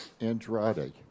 Andrade